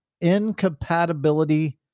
incompatibility